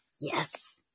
Yes